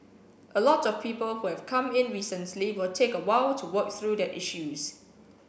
a lot of people who have come in recently will take a while to work through their issues